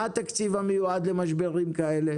מה התקציב המיועד למשברים כאלה?